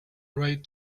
right